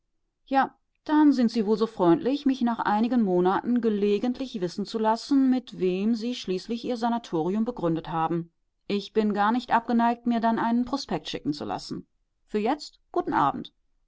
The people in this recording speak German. ja dann sind sie wohl so freundlich mich nach einigen monaten gelegentlich wissen zu lassen mit wem sie schließlich ihr sanatorium begründet haben ich bin gar nicht abgeneigt mir dann einen prospekt schicken zu lassen für jetzt guten abend